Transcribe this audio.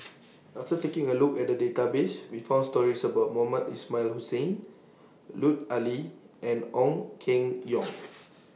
after taking A Look At The Database We found stories about Mohamed Ismail Hussain Lut Ali and Ong Keng Yong